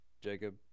Jacob